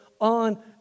on